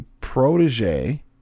protege